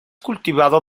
cultivado